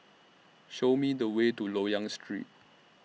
Show Me The Way to Loyang Street